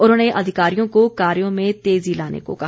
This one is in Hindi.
उन्होंने अधिकारियों को कार्यों में तेजी लाने को कहा